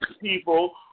people